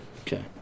Okay